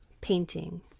painting